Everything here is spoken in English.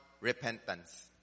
repentance